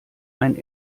ein